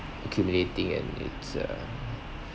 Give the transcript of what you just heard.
accumulating and it's uh